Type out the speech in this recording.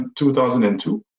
2002